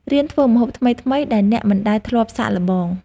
រៀនធ្វើម្ហូបថ្មីៗ ដែលអ្នកមិនដែលធ្លាប់សាកល្បង។